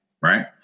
right